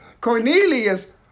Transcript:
Cornelius